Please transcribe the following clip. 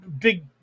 big